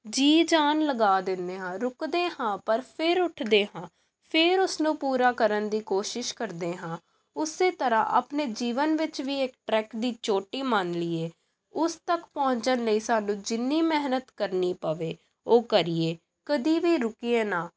ਜੀ ਜਾਨ ਲਗਾ ਦਿੰਦੇ ਹਾਂ ਰੁਕਦੇ ਹਾਂ ਪਰ ਫਿਰ ਉੱਠਦੇ ਹਾਂ ਫਿਰ ਉਸਨੂੰ ਪੂਰਾ ਕਰਨ ਦੀ ਕੋਸ਼ਿਸ਼ ਕਰਦੇ ਹਾਂ ਉਸ ਤਰ੍ਹਾਂ ਆਪਣੇ ਜੀਵਨ ਵਿੱਚ ਵੀ ਇੱਕ ਟਰੈਕ ਦੀ ਚੋਟੀ ਮੰਨ ਲਈਏ ਉਸ ਤੱਕ ਪਹੁੰਚਣ ਲਈ ਸਾਨੂੰ ਜਿੰਨੀ ਮਿਹਨਤ ਕਰਨੀ ਪਵੇ ਉਹ ਕਰੀਏ ਕਦੇ ਵੀ ਰੁਕੀਏ ਨਾ